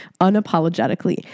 unapologetically